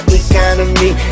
economy